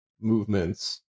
movements